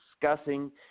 discussing